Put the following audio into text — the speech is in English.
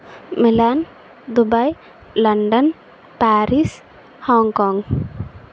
Milan Dubai London Paris Hong Kong